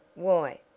why,